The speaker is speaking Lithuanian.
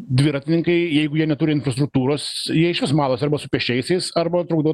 dviratininkai jeigu jie neturi infrastruktūros jie iš vis malasi arba su pėsčiaisiais arba trukdo